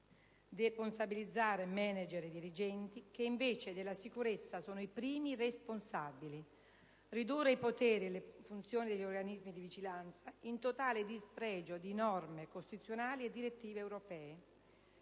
deresponsabilizzare manager e dirigenti (che, invece, della sicurezza sono i primi responsabili), ridurre i poteri e le funzioni degli organismi di vigilanza, in totale dispregio di norme costituzionali e direttive europee.